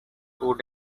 would